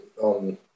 on